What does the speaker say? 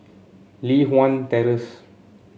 Li Hwan Terrace